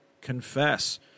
confess